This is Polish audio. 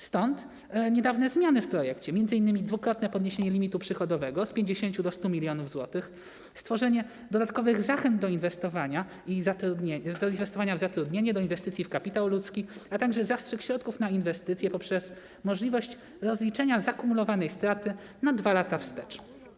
Stąd niedawne zmiany w projekcie, m.in. dwukrotne podniesienie limitu przychodowego z 50 mln zł do 100 mln zł, stworzenie dodatkowych zachęt do inwestowania w zatrudnienie, do inwestycji w kapitał ludzki, a także zastrzyk środków na inwestycje poprzez możliwość rozliczenia zakumulowanej straty na 2 lata wstecz.